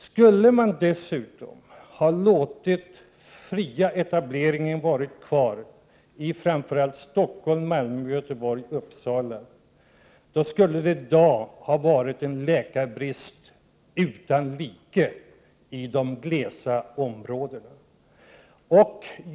Skulle man dessutom ha låtit den fria etableringen vara kvar i framför allt Stockholm, Malmö, Göteborg och Uppsala, skulle det i dag ha rått en läkarbrist utan like i de läkarglesa områdena.